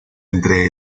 entre